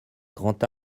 grand